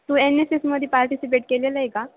तू N S S ममध्येे participate केलेलं आहे का